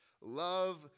Love